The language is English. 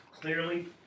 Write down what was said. clearly